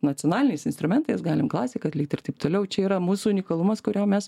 nacionaliniais instrumentais galim klasika atlikti ir taip toliau čia yra mūsų unikalumas kurio mes